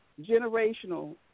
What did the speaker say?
generational